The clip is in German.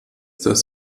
das